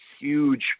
huge